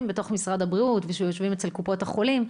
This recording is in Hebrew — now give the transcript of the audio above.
בתוך משרד הבריאות ושיושבים אצל קופות החולים.